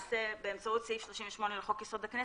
ובאמצעות סעיף 38 לחוק יסוד: הכנסת,